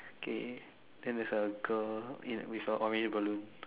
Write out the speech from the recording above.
okay then there's a girls in with a orange balloon